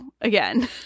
again